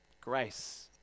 grace